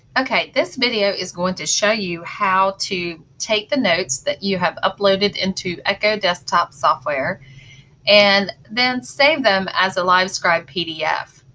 okay this video is going to show you how to take the notes that you have uploaded into echo desktop software and then save them as a livescribe pdf.